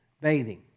bathing